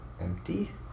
empty